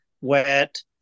wet